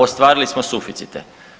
Ostvarili smo suficite.